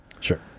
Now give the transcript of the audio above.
Sure